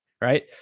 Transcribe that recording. right